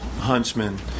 Huntsman